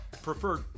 preferred